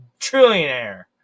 trillionaire